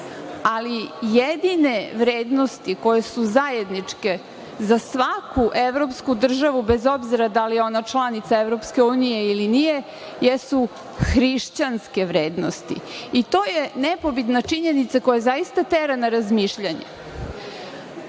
ali jedine vrednosti koje su zajedničke za svaku evropsku državu, bez obzira da li je ona članica EU ili nije, jesu hrišćanske vrednosti, i to je nepobitna činjenica koja zaista tera na razmišljanje. Ako